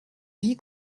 vie